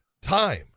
time